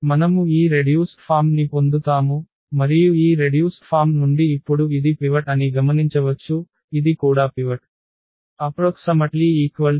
మనము ఈ reduced form ని పొందుతాము మరియు ఈ రెడ్యూస్డ్ ఫామ్ నుండి ఇప్పుడు ఇది పివట్ అని గమనించవచ్చు ఇది కూడా పివట్